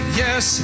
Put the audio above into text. yes